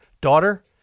Daughter